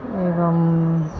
एवम्